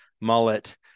mullet